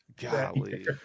Golly